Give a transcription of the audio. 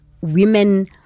women